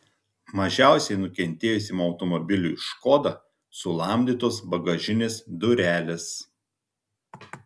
mažiausiai nukentėjusiam automobiliui škoda sulamdytos bagažinės durelės